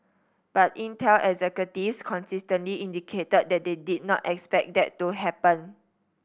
but Intel executives consistently indicated that they did not expect that to happen